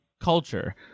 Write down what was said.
culture